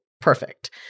perfect